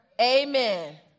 Amen